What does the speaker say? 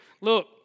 look